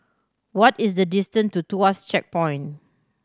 what is the distant to Tuas Checkpoint